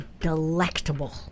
delectable